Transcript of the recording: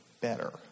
better